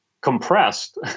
compressed